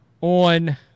on